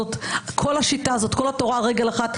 זאת כל השיטה, זאת כל התורה על רגל אחת.